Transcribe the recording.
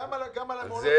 נכון,